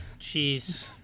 Jeez